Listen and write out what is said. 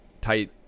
Tight